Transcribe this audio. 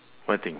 what thing